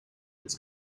its